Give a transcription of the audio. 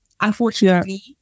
unfortunately